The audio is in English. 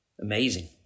amazing